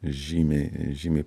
žymiai žymiai